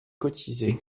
cotisé